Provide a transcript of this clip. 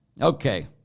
Okay